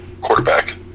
quarterback